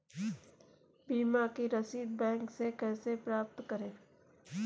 बीमा की रसीद बैंक से कैसे प्राप्त करें?